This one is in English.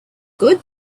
good